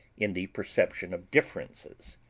in the perception of differences.